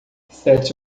sete